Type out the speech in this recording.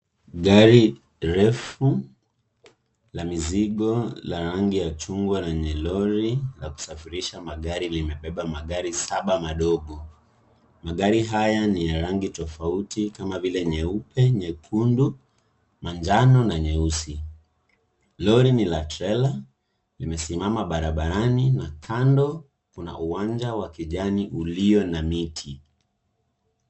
Gari refu, la mizigo, la rangi ya chungwa na lenye lori, la kusafirisha magari na imebeba magari saba madogo. Magari haya ni ya rangi tofauti kama vile nyeupe, nyekundu, manjano, na nyeusi. Lori ni la trela, limesimama barabarani na kando, kuna uwanja wa kijani ulio na miti.